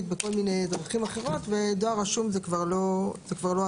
ובכל מיני דרכים אחרות ודואר רשום הוא כבר לא הדרך.